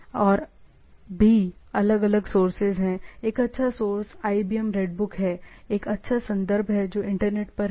और भी अलग अलग सोर्सेस हैं एक अच्छा सोर्स IBM रेडबुक है एक अच्छा संदर्भ है जो इंटरनेट पर है